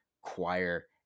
choir